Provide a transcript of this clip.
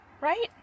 Right